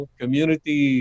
community